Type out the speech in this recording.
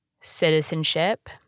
citizenship